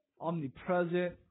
omnipresent